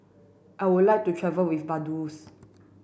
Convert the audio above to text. I would like to travel with Vaduz